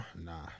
Nah